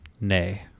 nay